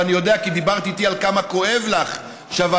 ואני יודע כי דיברת איתי על כמה כואב לך שהוועדה